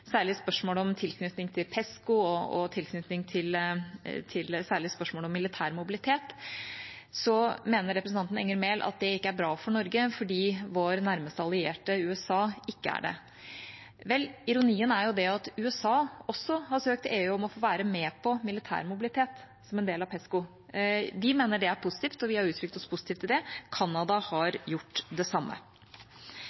særlig spørsmålet om tilknytning til PESCO og spørsmålet om militær mobilitet, mener representanten Enger Mehl at det ikke er bra for Norge, fordi vår nærmeste allierte, USA, ikke er der. Vel, ironien er jo at USA også har søkt EU om å få være med på militær mobilitet som en del av PESCO. De mener det er positivt, og vi har uttrykt oss positivt til det. Canada har